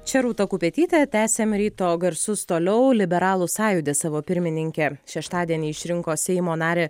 čia rūta kupetytė tęsiam ryto garsus toliau liberalų sąjūdis savo pirmininke šeštadienį išrinko seimo narę